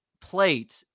plate